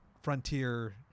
frontier